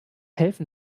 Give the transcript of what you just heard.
helfen